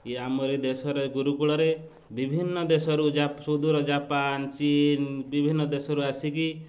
କି ଆମରି ଦେଶରେ ଗୁରୁକୁଳରେ ବିଭିନ୍ନ ଦେଶରୁ ସୁଦୂର ଜାପାନ ଚୀନ୍ ବିଭିନ୍ନ ଦେଶରୁ ଆସିକି